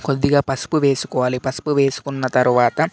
కొద్దిగా పసుపు వేసుకోవాలి పసుపు వేసుకున్న తర్వాత